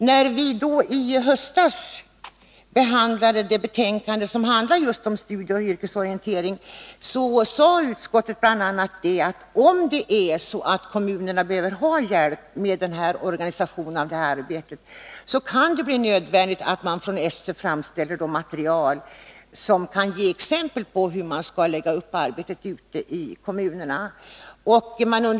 När vi i höstas behandlade det betänkande som rörde just studieoch yrkesorientering, sade utskottet bl.a. att det, om kommunerna behöver hjälp med organiserandet av detta arbete, kan bli nödvändigt att SÖ framställer ett material för att ge exempel på hur arbetet ute i kommunerna skall läggas upp.